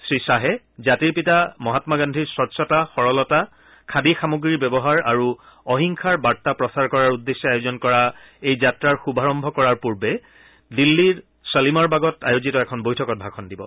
শ্ৰীখাহে জাতিৰ পিতা মহামা গান্ধীৰ স্বচ্ছতা সৰলতা খাদী সামগ্ৰীৰ ব্যৱহাৰ আৰু অহিংসাৰ বাৰ্তা প্ৰচাৰ কৰাৰ উদ্দেশ্যে আয়োজন কৰা এই যাত্ৰাৰ শুভাৰম্ভ কৰাৰ পূৰ্বে দিল্লীৰ শ্বালিমাৰবাগত আয়োজিত এখন বৈঠকত ভাষণ দিব